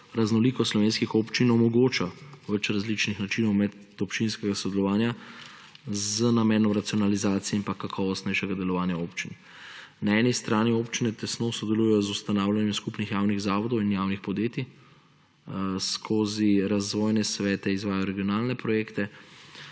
raznolikost slovenskih občin, omogoča več različnih načinov medobčinskega sodelovanja z namenom racionalizacije in kakovostnejšega delovanja občin. Na eni strani občine tesno sodelujejo z ustanavljanjem skupnih javnih zavodov in javnih podjetij, skozi razvojne svete izvajajo regionalne projekte.